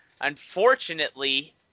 unfortunately